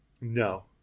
No